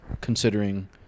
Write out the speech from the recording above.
considering